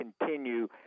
continue